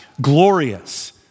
glorious